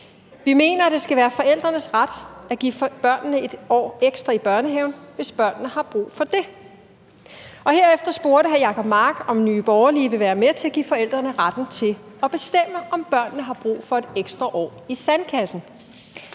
»Vi mener, at det skal være forældrenes ret at give børnene et år ekstra i børnehaven, hvis børnene har brug for det.« Herefter spurgte hr. Jacob Mark, om Nye Borgerlige ville være med til at give forældrene retten til at bestemme, om børnene har brug for et ekstra år i sandkassen.